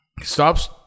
stops